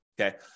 Okay